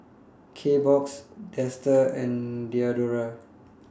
Kbox Dester and Diadora